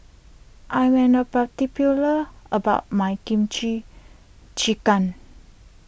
I am an a particular about my Kimchi Jjigae